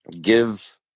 give